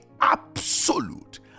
absolute